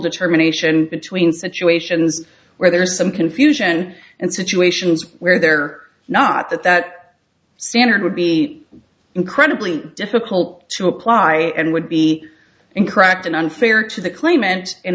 determination between situations where there is some confusion and situations where there are not that that standard would be incredibly difficult to apply and would be in cracked and unfair to the